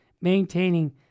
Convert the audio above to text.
maintaining